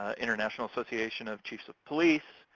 ah international association of chiefs of police.